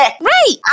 Right